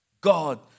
God